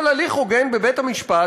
אבל הליך הוגן בבית-המשפט,